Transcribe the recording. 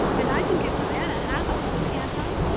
and i can give diana half of them, can't i?